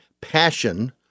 passion